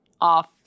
off